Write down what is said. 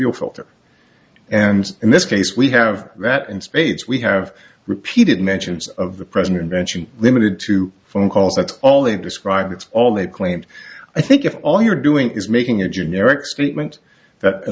fuel filter and in this case we have that in spades we have repeated mentions of the present invention limited to phone calls that's all they describe it's all they've claimed i think if all you're doing is making a generic statement